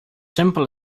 simple